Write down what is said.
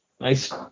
nice